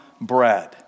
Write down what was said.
bread